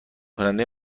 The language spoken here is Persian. کننده